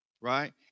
Right